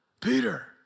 Peter